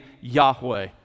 Yahweh